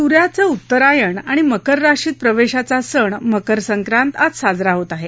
सूर्याचं उत्तरायण आणि मकर राशीत प्रवेशाचा सण मकर संक्रांत आज साजरा होत आहे